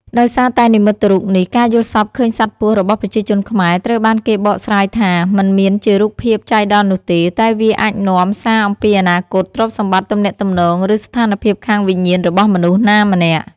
ដោយសារតែនិមិត្តរូបនេះ ការយល់សប្តិឃើញសត្វពស់របស់ប្រជាជនខ្មែរត្រូវបានគេបកស្រាយថា មិនមានជារូបភាពចៃដន្យនោះទេ តែវាអាចនាំសារអំពីអនាគត ទ្រព្យសម្បត្តិ ទំនាក់ទំនង ឬស្ថានភាពខាងវិញ្ញាណរបស់មនុស្សណាម្នាក់។